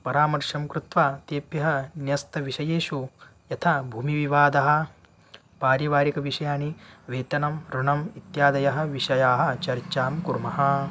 परामर्शं कृत्वा तेभ्यः न्यस्तविषयेषु यथा भूमिविवादः पारिवारिकविषयाणि वेतनं ऋणम् इत्यादयः विषयाणां चर्चां कुर्मः